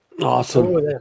Awesome